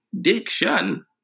diction